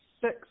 six